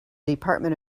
department